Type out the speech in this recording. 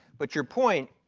but your point,